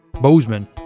Bozeman